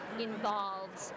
involved